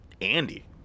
Andy